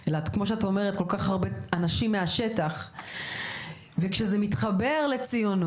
אלא כמו שאת אומרת כל כך הרבה אנשים וכשזה מתחבר לציונות